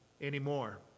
anymore